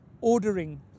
ordering